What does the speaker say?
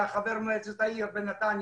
היה חבר מועצת העיר בנתניה,